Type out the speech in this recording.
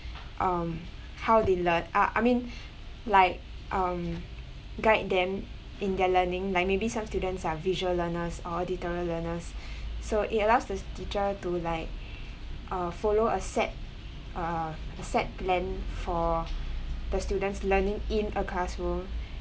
um how they learn ah I mean like um guide them in their learning like maybe some students are visual learners or auditory learners so it allows the teacher to like uh follow a set uh a set planned for the students learning in a classroom